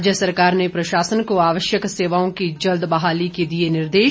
राज्य सरकार ने प्रशासन को आवश्यक सेवाओं की जल्द बहाली के दिए निर्देश